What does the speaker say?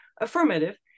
affirmative